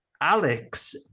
Alex